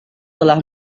telah